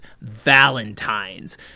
valentines